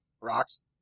Rocks